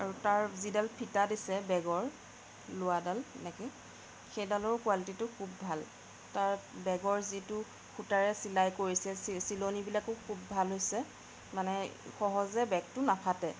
আৰু তাৰ যিডাল ফিটা দিছে বেগৰ লোৱাডাল এনেকৈ সেইডালৰো কোৱালিটিটো খুব ভাল তাৰ বেগৰ যিটো সূতাৰে চিলাই কৰিছে চিলনীবিলাকো খুব ভাল হৈছে মানে সহজে বেগটো নাফাটে